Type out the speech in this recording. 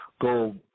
Go